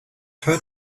her